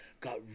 got